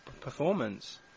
performance